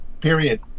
period